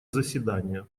заседания